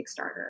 Kickstarter